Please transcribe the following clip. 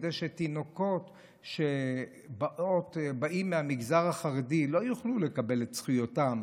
כדי שתינוקות שבאים מהמגזר החרדי לא יוכלו לקבל את זכויותיהם